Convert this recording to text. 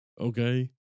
okay